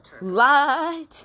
light